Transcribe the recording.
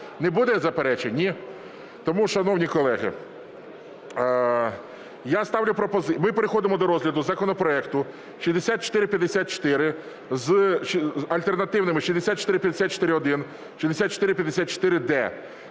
Не буде заперечень, ні? Тому, шановні колеги, я ставлю… Ми переходимо до розгляду законопроекту 6454 з альтернативними 6454-1, 6454-д.